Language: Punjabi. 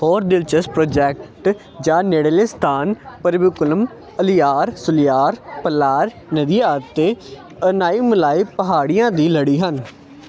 ਹੋਰ ਦਿਲਚਸਪ ਪ੍ਰੋਜੈਕਟ ਜਾਂ ਨੇੜਲੇ ਸਥਾਨ ਪਰੰਬੀਕੁਲਮ ਅਲੀਯਾਰ ਸ਼ੋਲੀਯਾਰ ਪਲਾਰ ਨਦੀਆਂ ਅਤੇ ਅਨਾਈਮਲਾਈ ਪਹਾੜੀਆਂ ਦੀ ਲੜੀ ਹਨ